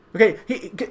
Okay